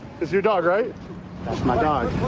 is your dog, right? that's my dog.